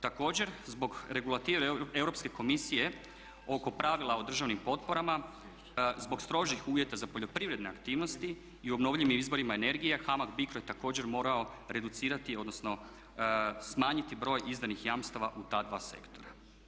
Također zbog regulative Europske Komisije oko pravila o državnim potporama, zbog strožih uvjeta za poljoprivredne aktivnosti i obnovljivim izvorima energije HAMAG BICRO je također morao reducirati odnosno s manjiti broj izdanih jamstava u ta dva sektora.